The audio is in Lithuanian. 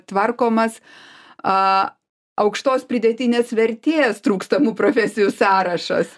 tvarkomas a aukštos pridėtinės vertės trūkstamų profesijų sąrašas